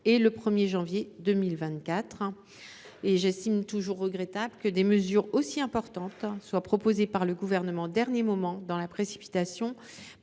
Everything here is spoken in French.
et le 1 janvier 2024. J’estime toujours regrettable que des mesures aussi importantes soient proposées par le Gouvernement au dernier moment, dans la précipitation,